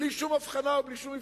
בלי שום הבחנה ובלי שום מבחן.